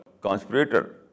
conspirator